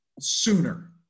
sooner